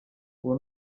uwo